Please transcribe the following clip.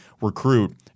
recruit